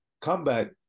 comeback